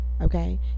Okay